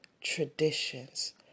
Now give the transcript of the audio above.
traditions